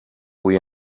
vull